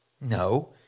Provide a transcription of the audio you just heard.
No